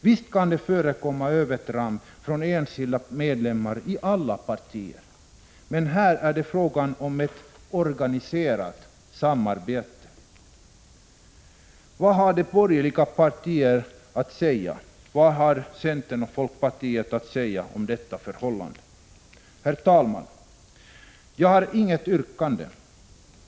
Visst kan det förekomma övertramp från enskilda medlemmar i alla partier, men här är det fråga om ett organiserat samarbete. Vad har de borgerliga partierna centern och folkpartiet att säga om detta förhållande? Herr talman! Jag har inget yrkande.